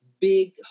big